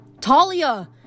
talia